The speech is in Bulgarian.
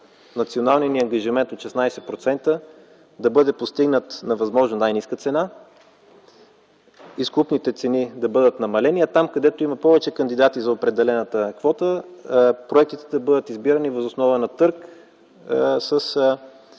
националният ни ангажимент от 16% е да бъде постигнат на възможно най-ниска цена, изкупните цени да бъдат намалени, а там където има повече кандидати за определената квота, проектите ще бъдат избирани въз основа на търг с